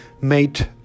made